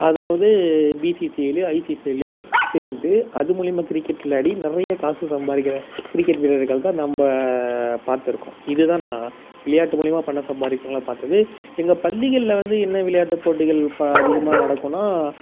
அதாவது பிசிசியிலையோ ஐசிசியிலையோ சேர்ந்து அது மூலயமா கிரிக்கெட் விளையாடி நிறைய காசு சம்பாதிக்கிற கிரிக்கெட் வீரர்கள் தான் நம்ப பார்த்துருக்கோம் இதுதான் நான் விளையாட்டு மூலயமா பணம் சம்பாதிக்கிறவங்களை பார்த்தது எங்கள் பள்ளிகளில் வந்து என்ன விளையாட்டுப் போட்டிகள் இப்போது அதிகமாக நடக்கும்னால்